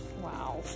Wow